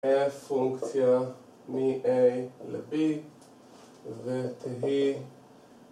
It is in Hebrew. יהיה פונקציה מ-a ל-b ותהיה